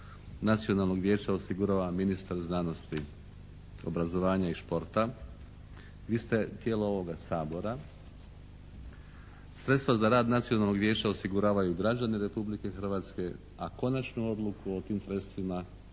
Nacionalnog vijeća osigurava ministar znanosti, obrazovanja i športa. Vi ste tijelo ovoga Sabora. Sredstva za rad Nacionalnog vijeća osiguravaju građani Republike Hrvatske, a konačnu odluku o tim sredstvima,